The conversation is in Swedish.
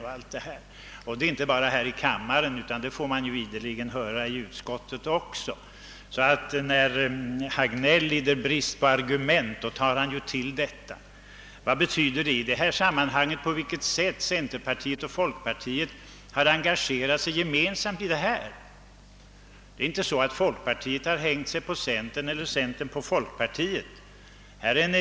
Det är inte bara här i kammaren som herr Hagnell tar upp detta tema, utan det får vi ideligen höra även i utskottet. När herr Hagnell lider brist på argument tar han till detta. Vad har det sätt på vilket centerpartiet och folkpartiet gemensamt engagerat sig i detta ärende att betyda? Folkpartiet har inte hängt sig på centern och centern har inte hängt sig på folkpartiet.